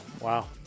Wow